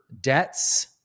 debts